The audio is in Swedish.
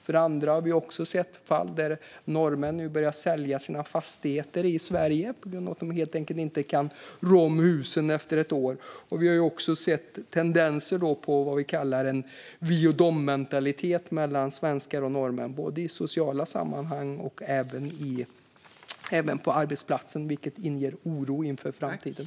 För det andra har vi sett att norrmän nu börjar sälja sina fastigheter i Sverige eftersom de inte kan rå om husen efter ett år. Vi har också sett tendenser på vad vi kallar en vi-och-dom-mentalitet mellan svenskar och norrmän både i sociala sammanhang och på arbetsplatser. Det inger oro inför framtiden.